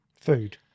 Food